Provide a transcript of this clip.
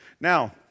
Now